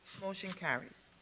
motion carries.